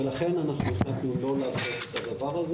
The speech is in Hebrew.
ולכן אנחנו החלטנו לא לעשות את הדבר הזה